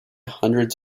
hundreds